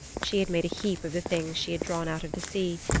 she had made a heap of the things she had drawn out of the sea,